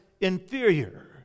inferior